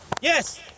Yes